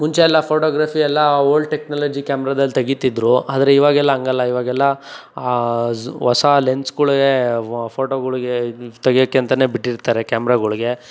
ಮುಂಚೆಯೆಲ್ಲ ಫೋಟೋಗ್ರಫಿ ಎಲ್ಲ old technology ಕ್ಯಾಮ್ರಾದಲ್ಲಿ ತೆಗೀತಿದ್ರು ಆದ್ರೆ ಇವಾಗೆಲ್ಲ ಹಂಗಲ್ಲ ಇವಾಗೆಲ್ಲ ಹೊಸ ಲೆನ್ಸ್ಗಳೇ ಫೋಟೋಗಳ್ಗೆ ತೆಗಿಯೋಕ್ಕೆ ಅಂತ ಬಿಟ್ಟಿರ್ತಾರೆ ಕ್ಯಾಮ್ರಾಗಳ್ಗೆ